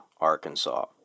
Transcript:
Arkansas